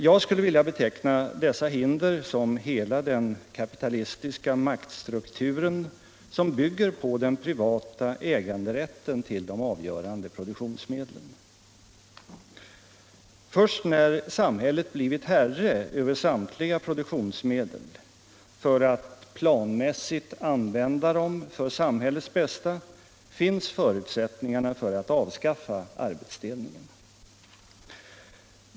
Jag skulle vilja beteckna dessa hinder som hela den kapitalistiska maktstrukturen, vilken bygger på den privata äganderätten till de avgörande produktionsmedlen. Först när samhället blivit herre över samtliga produktionsmedel för att planmässigt använda dem för samhällets bästa finns förutsättningarna för att avskaffa arbetsdelningen.